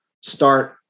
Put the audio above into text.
start